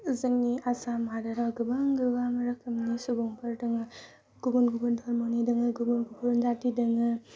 जोंनि आसाम हादोराव गोबां गोबां रोखोमनि सुबुंफोर दङ गुबुन गुबुन धर्मनि दोङो गुबुन गुबुन जाति दोङो